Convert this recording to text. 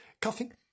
coughing